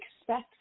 expect